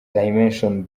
dimension